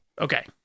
Okay